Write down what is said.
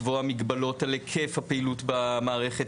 הוא יוכל לקבוע מגבלות על היקף הפעילות במערכת,